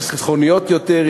חסכוניות יותר,